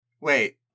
Wait